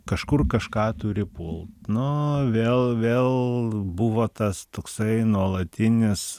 kažkur kažką turi pult nu vėl vėl buvo tas toksai nuolatinis